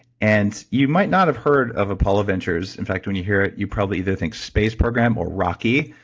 and you might not have heard of apollo ventures. in fact, when you hear it, you probably either think space program or rocky,